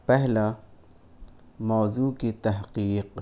پہلا موضوع کی تحقیق